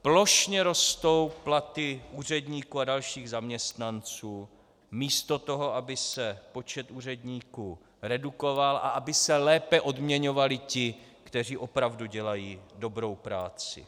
Plošně rostou platy úředníků a dalších zaměstnanců místo toho, aby se počet úředníků redukoval a aby se lépe odměňovali ti, kteří opravdu dělají dobrou práci.